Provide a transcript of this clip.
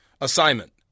assignment